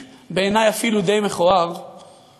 היא, מהמקום שבו היא נמצאת,